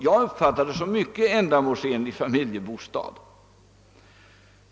Den uppfattade jag som en mycket ändamålsenlig familjebostad.